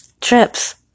Trips